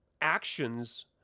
actions